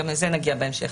ואין בזה פגיעה בפרטיות,